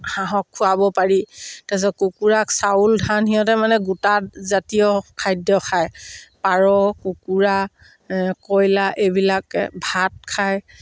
হাঁহক খোৱাব পাৰি তাৰপিছত কুকুৰাক চাউল ধান সিহঁতে মানে গোটা জাতীয় খাদ্য খায় পাৰ কুকুৰা কয়লাৰ এইবিলাকে ভাত খায়